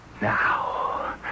Now